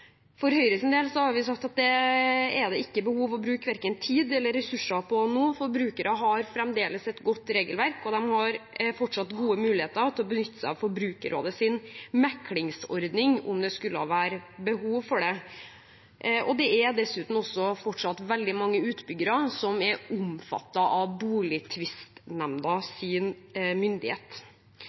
har vi sagt at det er det ikke behov for å bruke verken tid eller ressurser på nå. Forbrukere har fremdeles et godt regelverk, og de har fortsatt gode muligheter til å benytte seg av Forbrukerrådets meklingsordning om det skulle være behov for det. Det er dessuten også fortsatt veldig mange utbyggere som er omfattet av Boligtvistnemndas myndighet.